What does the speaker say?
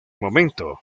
momento